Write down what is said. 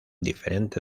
diferente